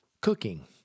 Cooking